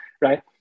right